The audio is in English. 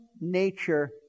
nature